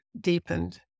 deepened